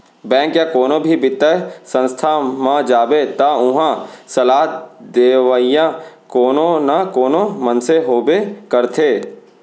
bank या कोनो भी बित्तीय संस्था म जाबे त उहां सलाह देवइया कोनो न कोनो मनसे होबे करथे